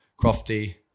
Crofty